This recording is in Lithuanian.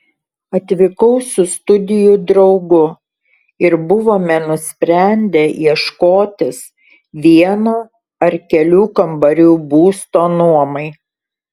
atvykau su studijų draugu ir buvome nusprendę ieškotis vieno ar kelių kambarių būsto nuomai